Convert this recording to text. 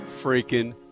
freaking